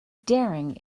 daring